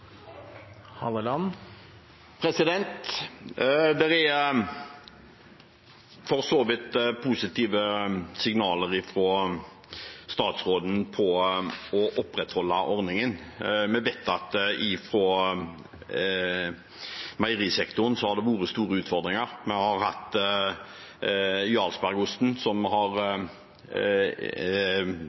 Halleland – til oppfølgingsspørsmål. Det er for så vidt positive signaler fra statsråden når det gjelder å opprettholde ordningen. Vi vet at det på meierisektoren har vært store utfordringer. Vi har hatt jarlsbergost, som vi har